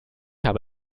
habe